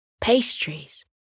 pastries